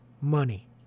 money